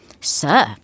Sir